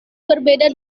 berbeda